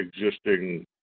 existing